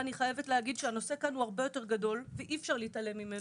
אני חייבת להגיד שהנושא כאן הוא הרבה יותר גדול ואי אפשר להתעלם ממנו.